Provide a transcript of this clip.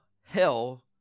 hell